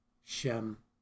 Shem